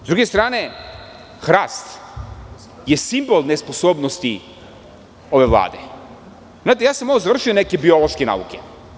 Sa druge strane, hrast je simbol nesposobnosti ove Vlade znate ja sam završio ovde biološke nauke.